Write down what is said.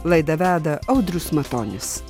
laidą veda audrius matonis